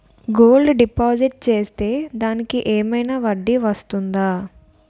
Gold deposit చేస్తే దానికి ఏమైనా వడ్డీ వస్తుందా?